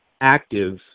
active